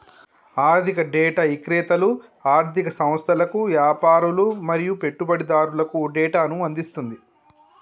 ఆర్ధిక డేటా ఇక్రేతలు ఆర్ధిక సంస్థలకు, యాపారులు మరియు పెట్టుబడిదారులకు డేటాను అందిస్తుంది